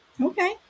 Okay